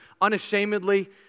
unashamedly